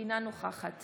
אינה נוכחת